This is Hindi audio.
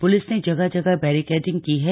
प्लिस ने जगह जगह बैरिकेडिंग की है